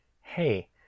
hey